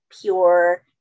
pure